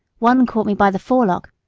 one caught me by the forelock,